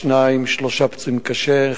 שניים שלושה פצועים קשה,